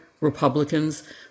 Republicans